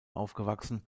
aufgewachsen